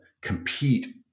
compete